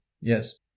Yes